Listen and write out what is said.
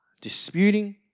Disputing